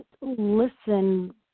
listen